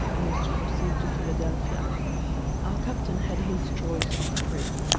and was to proceed to philadelphia our captain had his choice of three,